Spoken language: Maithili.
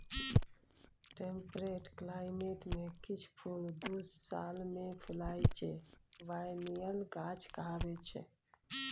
टेम्परेट क्लाइमेट मे किछ फुल दु साल मे फुलाइ छै बायनियल गाछ कहाबै छै